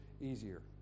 easier